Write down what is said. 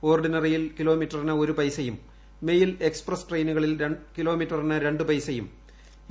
ഓർഡിനറിയിൽ കിലോമീറ്ററിന് ഒരു പൈസയും മെയിൽ എക്സ്പ്രസ് ട്രെയിനുകളിൽ കിലോമീറ്ററിന് രണ്ട് പൈസയും എ